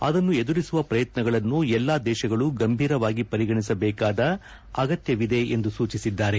ಅದನ್ನು ಎದುರಿಸುವ ಪ್ರಯತ್ನಗಳನ್ನು ಎಲ್ಲಾ ದೇಶಗಳು ಗಂಭೀರವಾಗಿ ಪರಿಗಣಿಸಬೇಕಾದ ಅಗತ್ಯವಿದೆ ಎಂದು ಸೂಚಿಸಿದ್ದಾರೆ